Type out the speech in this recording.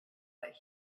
what